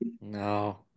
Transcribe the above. No